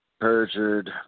Perjured